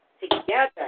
together